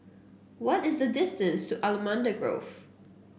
what is the distance to Allamanda Grove